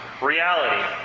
reality